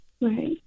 Right